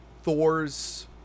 Thor's